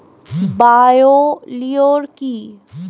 Bio লিওর কি?